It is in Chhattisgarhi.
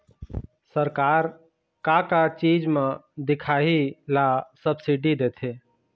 सरकार का का चीज म दिखाही ला सब्सिडी देथे?